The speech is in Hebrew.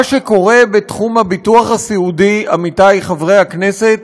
מה שקורה בתחום הביטוח הסיעודי, עמיתי חברי הכנסת,